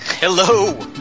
Hello